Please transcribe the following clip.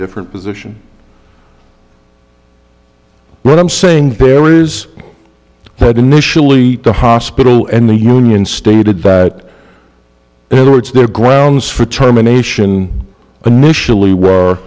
different position what i'm saying there is that initially the hospital and the union stated but in other words the grounds for terminations a nationally were